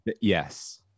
Yes